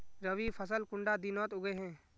रवि फसल कुंडा दिनोत उगैहे?